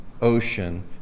ocean